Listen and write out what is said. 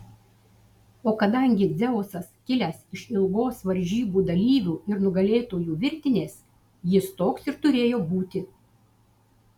o kadangi dzeusas kilęs iš ilgos varžybų dalyvių ir nugalėtojų virtinės jis toks ir turėjo būti